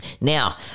Now